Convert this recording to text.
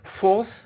Fourth